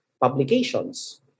publications